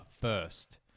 first